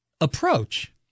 approach